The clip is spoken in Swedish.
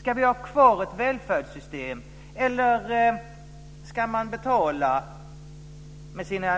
Ska vi ha kvar ett välfärdssystem eller ska man betala